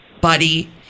buddy